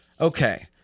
Okay